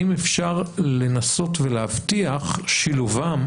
האם אפשר לנסות ולהבטיח את שילובם